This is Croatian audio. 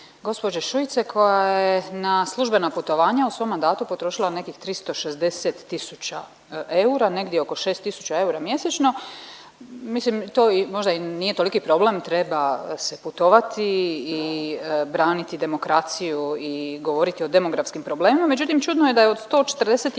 gospođe Šuice koja je na službena putovanja u svom mandatu potrošila nekih 360 tisuća eura, negdje oko šest tisuća eura mjesečno. Mislim to možda i nije toliki problem, treba se putovati i braniti demokraciju i govoriti o demografskim problemima, međutim čudno je da je od 148